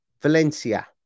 Valencia